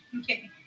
Okay